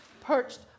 perched